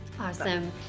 Awesome